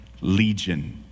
Legion